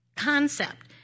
concept